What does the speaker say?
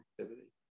activity